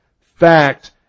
fact